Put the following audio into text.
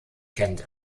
kent